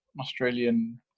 Australian